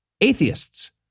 atheists